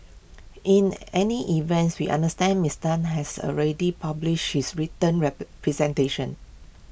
in any events we understand Mister Tan has already published his written representation